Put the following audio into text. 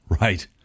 Right